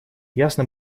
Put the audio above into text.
ясно